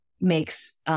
makes